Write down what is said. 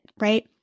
right